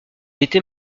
était